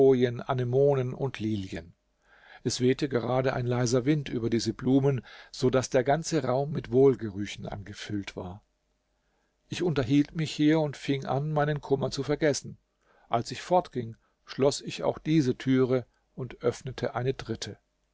anemonen und lilien es wehte gerade ein leiser wind über diese blumen so daß der ganze raum mit wohlgerüchen angefüllt war ich unterhielt mich hier und fing an meinen kummer zu vergessen als ich fortging schloß ich auch diese türe und öffnete eine dritte